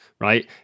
right